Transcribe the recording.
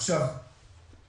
אנחנו